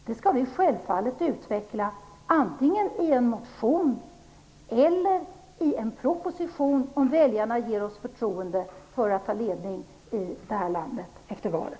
Dem skall vi självfallet utveckla antingen i en motion eller i en proposition, om väljarna ger oss förtroendet att överta ledningen här i landet efter valet.